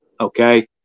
okay